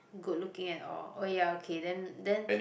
good looking at all oh ya okay then then